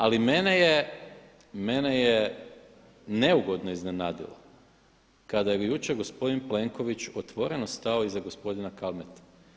Ali mene je neugodno iznenadio kada je jučer gospodin Plenković otvoreno stao iza gospodina Kalmete.